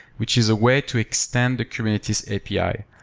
which is a way to extend the kubernetes api.